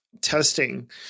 testing